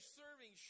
serving